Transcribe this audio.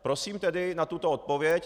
Prosím tedy na toto odpověď.